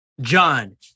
John